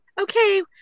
okay